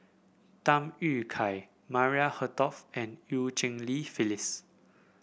Tham Yui Kai Maria Hertogh and Eu Cheng Li Phyllis